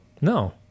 No